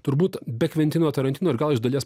turbūt be kvientino tarantino ir gal iš dalies